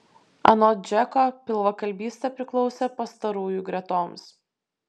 anot džeko pilvakalbystė priklausė pastarųjų gretoms